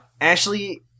Ashley